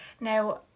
Now